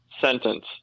sentence